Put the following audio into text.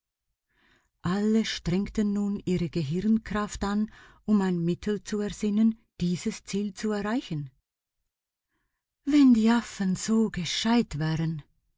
alle strengten nun ihre gehirnkraft an um ein mittel zu ersinnen dieses ziel zu erreichen wenn die affen so gescheit wären